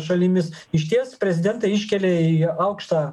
šalimis išties prezidentą iškelia į aukštą